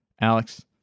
Alex